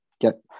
get